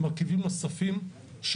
אז שמים מרכיבים נוספים שמונעים.